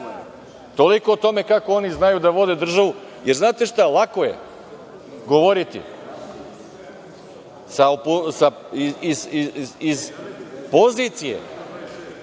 Toliko o tome kako oni znaju da vode državu. Znate šta, lako je govoriti iz opozicije